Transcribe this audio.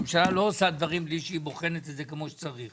הממשלה לא עושה דברים בלי שהיא בוחנת את זה כמו שצריך.